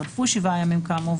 חלפו 7 הימים כאמור,